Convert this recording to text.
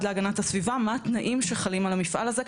להגנת הסביבה מה התנאים שחלים על המפעל הזה,